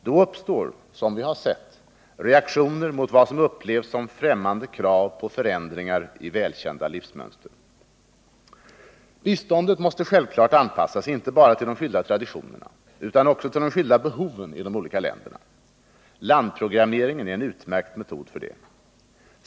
Då uppstår, som vi sett, reaktioner mot vad som upplevs som främmande krav på förändringar av välkända livsmönster. Biståndet måste självklart anpassas inte bara till de skilda traditionerna utan också till de skilda behoven i de olika länderna. Landprogrammeringen är en utmärkt metod härför.